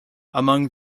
among